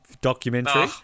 documentary